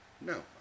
No